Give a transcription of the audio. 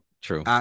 true